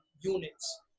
units